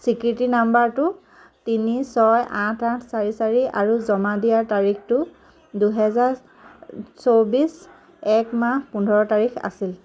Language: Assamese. স্বীকৃতি নম্বৰটো তিনি ছয় আঠ আঠ চাৰি চাৰি আৰু জমা দিয়াৰ তাৰিখটো দুহেজাৰ চৌবিছ এক মাহ পোন্ধৰ তাৰিখ আছিল